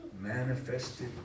manifested